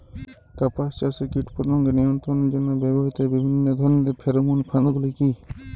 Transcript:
কাপাস চাষে কীটপতঙ্গ নিয়ন্ত্রণের জন্য ব্যবহৃত বিভিন্ন ধরণের ফেরোমোন ফাঁদ গুলি কী?